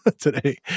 today